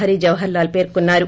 హరిజవహర్ లాల్ పేర్కొన్నారు